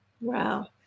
Wow